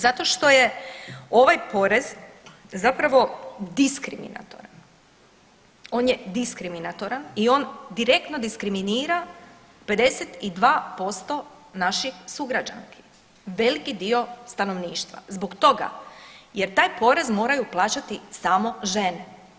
Zato što je ovaj porez zapravo diskriminatoran, on je diskriminatoran i on direktno diskriminira 52% naših sugrađanki, veliki dio stanovništva zbog toga jer taj porez moraju plaćati samo žene.